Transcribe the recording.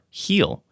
heal